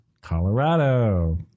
Colorado